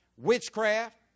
witchcraft